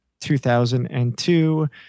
2002